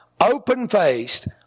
open-faced